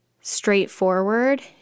straightforward